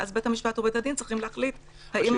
ואז בית המשפט או בית הדין צריכים להחליט האם